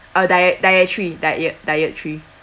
uh diet dietary diet dietary